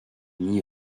nie